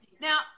Now